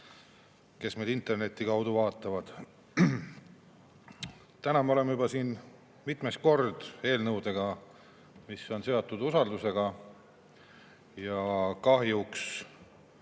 kes meid interneti kaudu vaatavad! Täna me oleme siin juba mitmes kord eelnõudega, mis on seotud usaldusega. Kahjuks